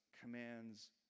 commands